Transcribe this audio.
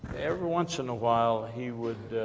every once in a while, he would